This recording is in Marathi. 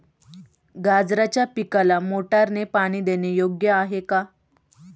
गाजराच्या पिकाला मोटारने पाणी देणे योग्य आहे का?